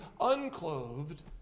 unclothed